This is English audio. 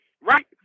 Right